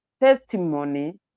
testimony